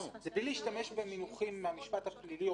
זה בלי להשתמש במינוחים מהמשפט הפלילי או